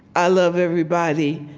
i love everybody.